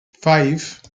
five